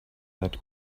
that